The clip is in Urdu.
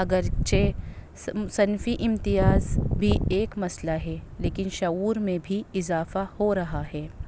اگرچہ صنفی امتیاز بھی ایک مسئلہ ہے لیکن شعور میں بھی اضافہ ہو رہا ہے